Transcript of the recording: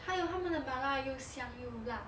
还有他们的麻辣又香又辣